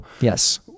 Yes